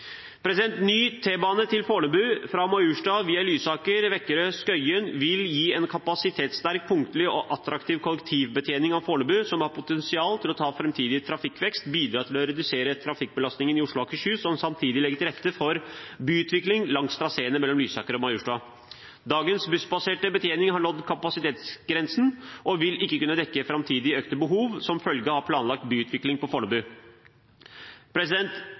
Ny T-bane til Fornebu fra Majorstuen via Lysaker, Vækerø og Skøyen vil gi en kapasitetssterk, punktlig og attraktiv kollektivbetjening av Fornebu som har potensial til å ta framtidig trafikkvekst, bidra til å redusere trafikkbelastningen i Oslo og Akershus og samtidig legge til rette for byutvikling langs traseene mellom Lysaker og Majorstua. Dagens bussbaserte betjening har nådd kapasitetsgrensen, og vil ikke kunne dekke framtidige økte behov som følge av planlagt byutvikling på